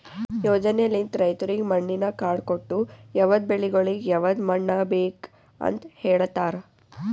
ಯೋಜನೆಲಿಂತ್ ರೈತುರಿಗ್ ಮಣ್ಣಿನ ಕಾರ್ಡ್ ಕೊಟ್ಟು ಯವದ್ ಬೆಳಿಗೊಳಿಗ್ ಯವದ್ ಮಣ್ಣ ಬೇಕ್ ಅಂತ್ ಹೇಳತಾರ್